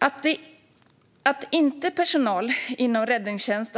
Att inte räddningstjänstpersonal och